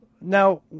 Now